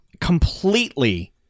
completely